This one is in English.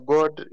God